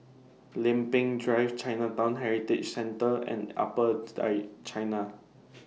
Lempeng Drive Chinatown Heritage Centre and Upper Changi